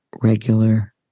regular